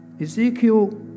Ezekiel